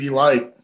light